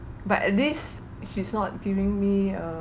but at least she's not giving me uh